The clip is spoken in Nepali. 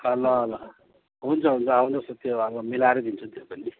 ल ल हुन्छ हुन्छ आउनोस् न त्यो अब मिलाएर दिन्छु नि त्यो पनि